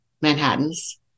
Manhattans